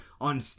on